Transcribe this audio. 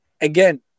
again